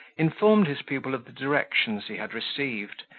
informed his pupil of the directions he had received,